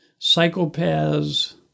psychopaths